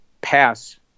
pass